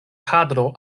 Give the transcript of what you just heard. kadro